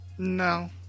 No